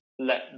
let